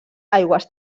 aigües